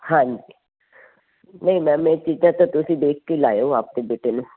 ਹਾਂਜੀ ਨਹੀਂ ਮੈਮ ਇਹ ਚੀਜ਼ਾਂ ਤਾਂ ਤੁਸੀਂ ਦੇਖ ਕੇ ਲਾਇਓ ਆਪਦੇ ਬੇਟੇ ਨੂੰ